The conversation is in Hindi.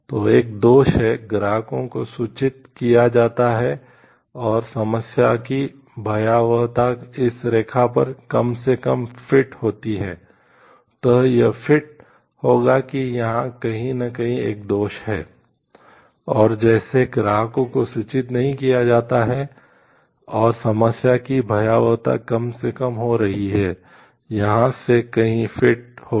तो एक दोष है ग्राहकों को सूचित किया जाता है और समस्या की भयावहता इस रेखा पर कम से कम फिट होगी